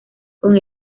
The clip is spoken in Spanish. con